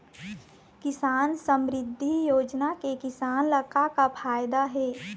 किसान समरिद्धि योजना ले किसान ल का का फायदा हे?